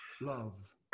love